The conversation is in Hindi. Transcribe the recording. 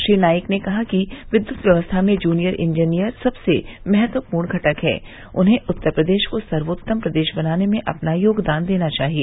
श्री नाईक ने कहा कि विद्युत व्यवस्था में जूनियर इंजीनियर सबसे महत्वपूर्ण घटक हैं उन्हे उत्तर प्रदेश को सर्वोत्तम प्रदेश बनाने में अपना योगदान देना चाहिए